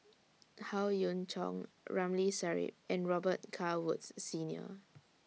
Howe Yoon Chong Ramli Sarip and Robet Carr Woods Senior